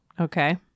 Okay